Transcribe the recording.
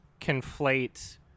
conflate